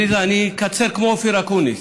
עליזה, אני אקצר כמו אופיר אקוניס,